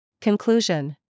Conclusion